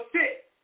sit